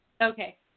Okay